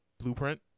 blueprint